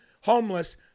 homeless